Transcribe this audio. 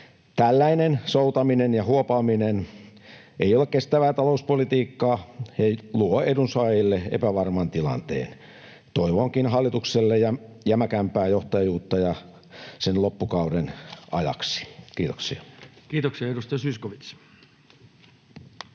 Tällainen soutaminen ja huopaaminen ei ole kestävää talouspolitiikkaa ja luo edunsaajille epävarman tilanteen. Toivonkin hallitukselle jämäkämpää johtajuutta sen loppukauden ajaksi. — Kiitoksia. [Speech